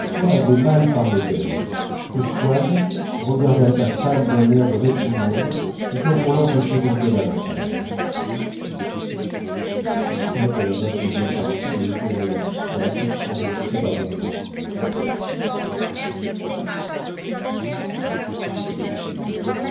avait mal parlé d'elle que swann regarda sa femme d'un air de réprimande et comme pour l'empêcher d'en dire davantage